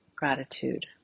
gratitude